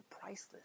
priceless